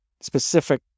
specific